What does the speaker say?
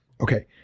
Okay